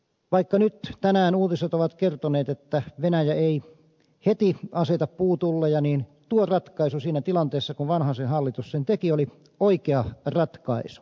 vaikka nyt tänään uutiset ovat kertoneet että venäjä ei heti aseta puutulleja niin tuo ratkaisu siinä tilanteessa kun vanhasen hallitus sen teki oli oikea ratkaisu